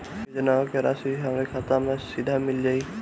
योजनाओं का राशि हमारी खाता मे सीधा मिल जाई?